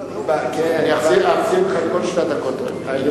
חינוך טוב, אני אחזיר לך את כל שתי הדקות.